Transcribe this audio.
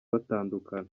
batandukana